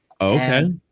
Okay